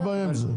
מה הבעיה עם זה?